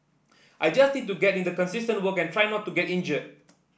I just need to get in the consistent work and try not to get injured